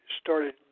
started